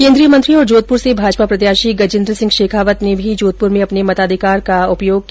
केन्द्रीय मंत्री और जोधपुर से भाजपा प्रत्याशी गजेन्द्र सिंह शेखावत ने भी जोधपुर में अपने मताधिकार का प्रयोग किया